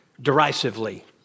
derisively